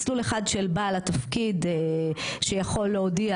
מסלול אחד של בעל התפקיד שיכול להודיע